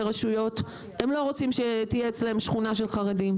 רשויות הם לא רוצים שתהיה אצלם שכונה של חרדים,